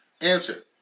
Answer